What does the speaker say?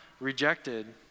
rejected